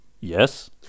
Yes